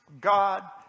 God